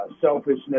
selfishness